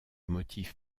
motifs